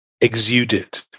exuded